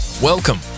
Welcome